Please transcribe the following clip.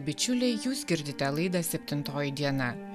bičiuliai jūs girdite laidą septintoji diena